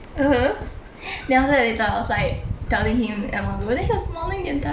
then after that later I was like telling him and then he was like smiling the entire time